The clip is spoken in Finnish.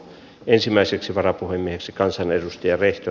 ensimmäiseksi varapuhemieheksi kansanedustaja risto